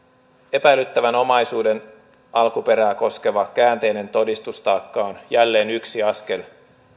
epäilyttävän omaisuuden alkuperää koskeva käänteinen todistustaakka on jälleen yksi askel